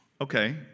Okay